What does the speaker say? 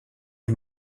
les